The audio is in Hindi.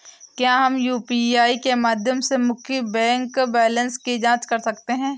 क्या हम यू.पी.आई के माध्यम से मुख्य बैंक बैलेंस की जाँच कर सकते हैं?